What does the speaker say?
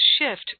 shift